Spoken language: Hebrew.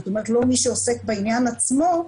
לא מי שעוסק בעניין עצמו,